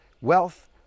wealth